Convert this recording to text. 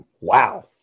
Wow